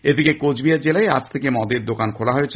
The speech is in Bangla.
এদিকে কোচবিহার জেলায় আজ থেকে মদের দোকান খোলা হয়েছে